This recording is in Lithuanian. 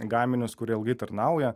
gaminius kurie ilgai tarnauja